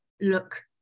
look